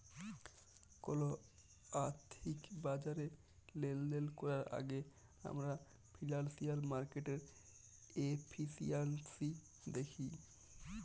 call আথ্থিক বাজারে লেলদেল ক্যরার আগে আমরা ফিল্যালসিয়াল মার্কেটের এফিসিয়াল্সি দ্যাখি